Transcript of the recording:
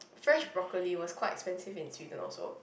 fresh brocolli was quite expensive in Sweden also